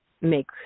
make